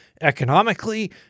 economically